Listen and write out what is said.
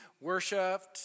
worshipped